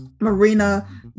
Marina